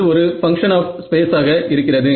அது ஒரு function of ஸ்பேஸாக இருக்கிறது